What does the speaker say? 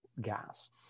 gas